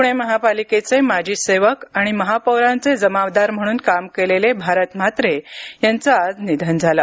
प्णे महापालिकेचे माजी सेवक आणि महापौराचे जमादार म्हणून काम केलेले भारत म्हात्रे यांचे निधन झाले